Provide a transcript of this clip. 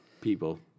people